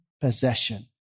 possession